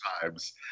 times